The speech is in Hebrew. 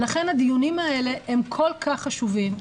ולכן הדיונים האלה הם כל כך חשובים,